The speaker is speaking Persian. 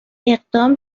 اقدام